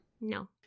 No